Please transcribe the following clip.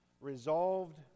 resolved